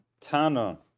Tana